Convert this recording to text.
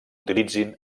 utilitzin